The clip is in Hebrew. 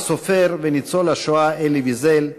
אמר הסופר ניצול השואה אלי ויזל,